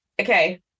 okay